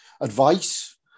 advice